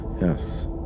Yes